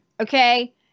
Okay